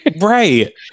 right